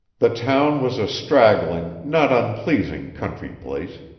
the town was a straggling, not unpleasing country place.